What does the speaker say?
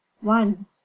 one